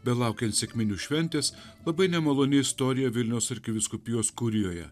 belaukiant sekminių šventės labai nemaloni istorija vilniaus arkivyskupijos kurijoje